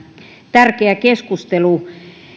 tärkeä keskustelu